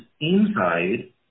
inside